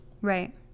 Right